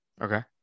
okay